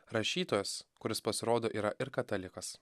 rašytojas kuris pasirodo yra ir katalikas